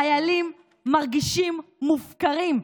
חיילים מרגישים מופקרים,